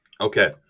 Okay